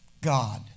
God